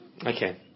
Okay